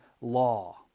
law